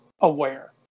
aware